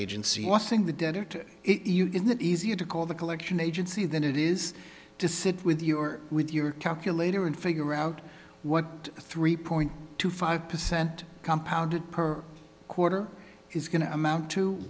agency lossing the debtor to the easier to call the collection agency than it is to sit with you or with your calculator and figure out what three point two five percent compounded per quarter is going to amount to